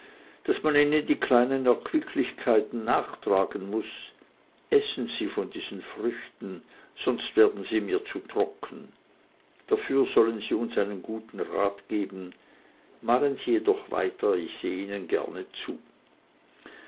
daß man ihnen die kleinen erquicklichkeiten nachtragen muß essen sie von diesen früchten sonst werden sie mir zu trocken dafür sollen sie uns einen guten rat geben malen sie jedoch weiter ich sehe ihnen gerne zu